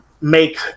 make